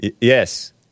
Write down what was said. Yes